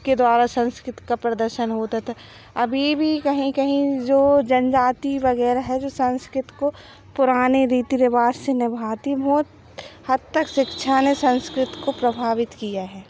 के द्वारा संस्कृति का प्रदर्शन होता था अभी भी कहीं कहीं जो जनजाति वग़ैरह है जो संस्कृति को पुराने रीति रिवाज से निभाती बहुत हद तक सिक्षा ने संस्कृति को प्रभावित किया है